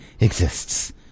exists